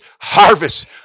harvest